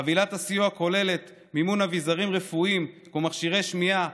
חבילת הסיוע כוללת מימון אביזרים רפואיים כמו מכשירי שמיעה,